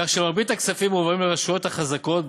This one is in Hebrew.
כך שמרבית הכספים מועברים לרשויות החזקות,